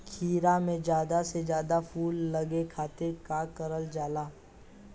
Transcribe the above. खीरा मे ज्यादा से ज्यादा फूल लगे खातीर का कईल जाला?